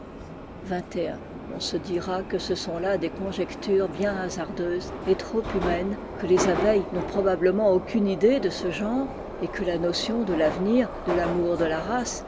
on se dira que ce sont là des conjectures bien hasardeuses et trop humaines que les abeilles n'ont probablement aucune idée de ce genre et que la notion de l'avenir de l'amour de la race